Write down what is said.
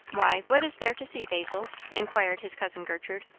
why, what is there to see, basil? inquired his cousin gertrude.